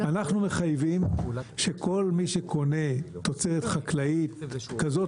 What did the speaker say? ואנחנו מחייבים שכל מי שקונה תוצרת חקלאית כזאת